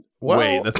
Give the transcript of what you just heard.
wait